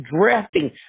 drafting